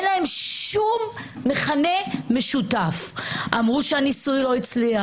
כל במה אפשרית אומרים שהחוק הזה הוא פרסונלי ואסור שיהיה.